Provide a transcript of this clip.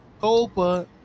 Copa